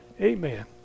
Amen